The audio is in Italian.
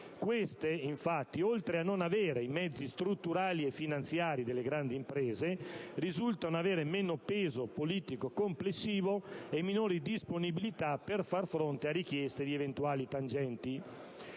Queste infatti, oltre a non avere i mezzi strutturali e finanziari delle grandi imprese, risultano avere meno peso politico complessivo e minori disponibilità per far fronte a richieste di eventuali tangenti.